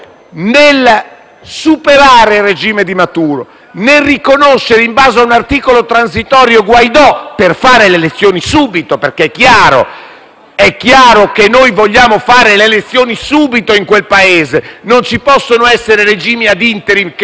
superare il regime di Maduro e nel riconoscere, in base a un articolo transitorio, Guaidó, per fare le elezioni subito, perché è chiaro che noi vogliamo che si facciano subito le elezioni in quel Paese dato che non ci possono essere regimi *ad interim* che durano, bene,